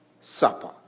Supper